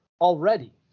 already